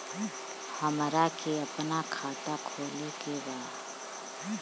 हमरा के अपना खाता खोले के बा?